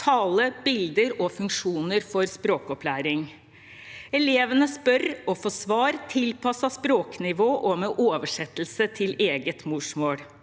tale, bilder og funksjoner for språkopplæring. Elevene spør og får svar tilpasset språknivå og med oversettelse til eget morsmål.